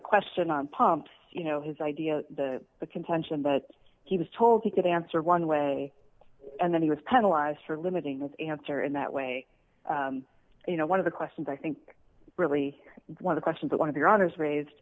question of pumps you know his idea the contention but he was told he could answer one way and then he was penalize for limiting and answer in that way you know one of the questions i think really one of the questions that one of the authors raised